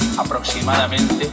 aproximadamente